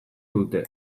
dute